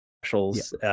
specials